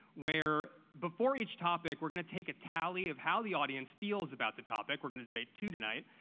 where before each topic, we're gonna take a tally of how the audience feels about the topic. we're gonna debate two tonight.